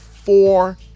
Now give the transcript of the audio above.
Four